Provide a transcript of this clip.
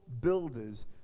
builders